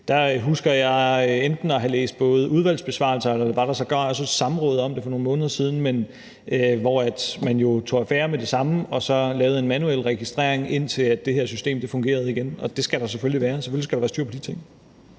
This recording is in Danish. husker jeg at have læst udvalgsbesvarelser, og der var sågar også et samråd om det for nogle måneder siden, hvor man jo tog affære med det samme og så lavede en manuel registrering, indtil det her system fungerede igen. Og selvfølgelig skal der være styr på tingene